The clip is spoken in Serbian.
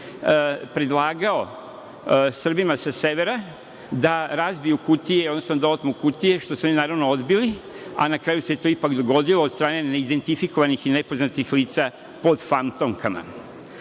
predlagao Srbima sa severa da razbiju kutije, odnosno da otmu kutije, što su oni, naravno, odbili, a na kraju se to ipak dogodilo od strane neidentifikovanih i nepoznatih lica pod fantomkama. Dakle,